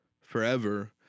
forever